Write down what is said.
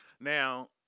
Now